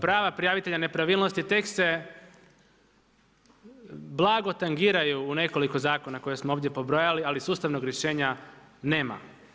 Prva prijavitelja nepravilnosti, tek se blago tangiraju u nekoliko zakona koje smo ovdje prebrojali ali sustavnom rješenja nema.